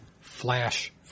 flash